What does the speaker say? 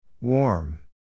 Warm